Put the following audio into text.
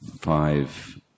five